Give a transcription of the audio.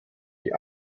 die